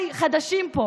אחרים,